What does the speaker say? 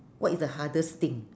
what is the hardest thing